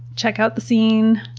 check out the scene,